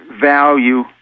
value